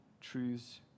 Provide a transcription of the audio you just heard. truths